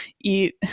eat